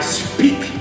speak